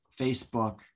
Facebook